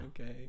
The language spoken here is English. Okay